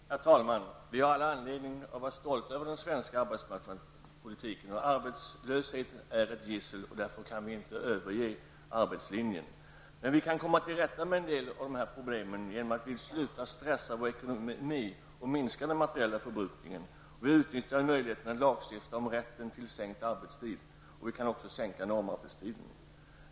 Herr talman! Vi har all anledning att vara stolta över den svenska arbetsmarknadspolitiken. Arbetslösheten är ett gissel, och därför kan vi inte överge arbetslinjen. Men vi kan komma till rätta med en del av problemen genom att vi slutar stressa vår ekonomi och minskar vår materiella förbrukning samt utnyttjar möjligheten att lagstifta om rätt till sänkt arbetstid. Vi kan också sänka normalarbetstiden.